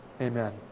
Amen